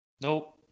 Nope